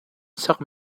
sak